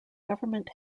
government